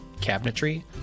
cabinetry